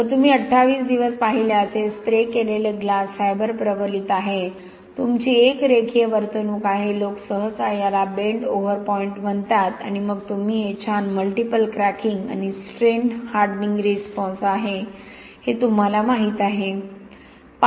तर तुम्ही अठ्ठावीस दिवस पाहिल्यास हे स्प्रे केलेले ग्लास फायबर प्रबलित आहे तुमची एक रेखीय वर्तणूक आहे लोक सहसा याला बेंड ओव्हर पॉइंट म्हणतात आणि मग तुम्ही हे छान मल्टिपल क्रॅकिंग आणि स्ट्रेन हार्डनिंग रिस्पॉन्स आहे आणि हे तुम्हाला माहित आहे